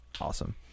awesome